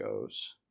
goes